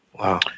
Wow